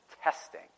testing